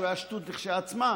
הוא היה שטות לכשעצמה,